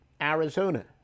Arizona